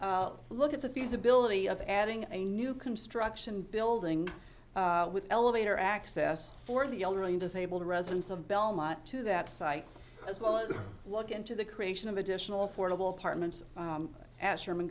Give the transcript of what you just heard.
look at the feasibility of adding a new construction building with elevator access for the elderly and disabled residents of belmont to that site as well as look into the creation of additional affordable apartments asherman